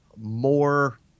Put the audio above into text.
more